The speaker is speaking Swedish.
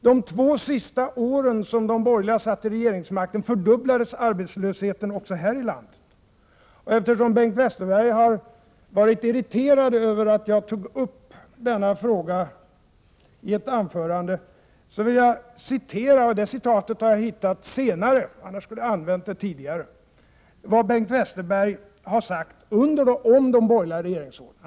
De två sista åren som de borgerliga satt vid makten fördubblades arbetslösheten också här i landet. Eftersom Bengt Westerberg har varit irriterad över att jag tog upp denna fråga i ett anförande, vill jag citera — och det citatet har jag hittat senare; annars skulle jag ha använt det tidigare — vad han har sagt om de borgerliga regeringsåren.